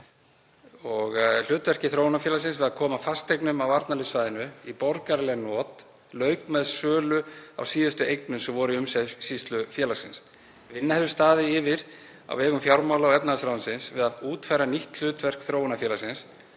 Hlutverki Þróunarfélagsins við að koma fasteignum á varnarliðssvæðinu í borgaraleg not lauk með sölu á síðustu eignum sem voru í umsýslu félagsins. Vinna hefur staðið yfir á vegum fjármála- og efnahagsráðuneytisins við að útfæra nýtt hlutverk Þróunarfélagsins